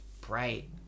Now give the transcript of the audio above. bright